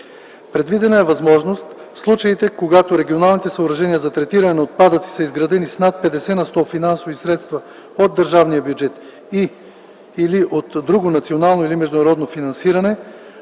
Предвидена е възможност в случаите, когато регионалните съоръжения за третиране на отпадъци са изградени с над 50 на сто финансови средства от държавния бюджет или от друго национално или международно финансиране,